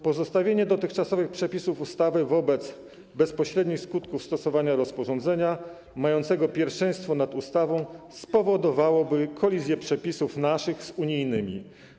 Pozostawienie dotychczasowych przepisów ustawy wobec bezpośrednich skutków stosowania rozporządzenia mającego pierwszeństwo nad ustawą spowodowałoby kolizję naszych przepisów z unijnymi.